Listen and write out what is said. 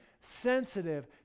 sensitive